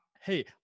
Hey